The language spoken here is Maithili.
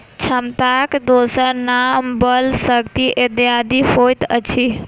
क्षमताक दोसर नाम बल, शक्ति इत्यादि होइत अछि